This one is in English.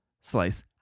Slice